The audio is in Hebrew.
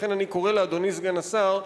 לכן אני קורא לאדוני סגן השר,